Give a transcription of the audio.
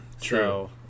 True